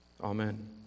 Amen